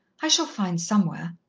i shall find somewhere.